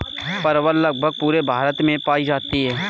परवल लगभग पूरे भारत में पाई जाती है